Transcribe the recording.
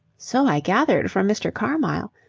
so i gathered from mr. carmyle.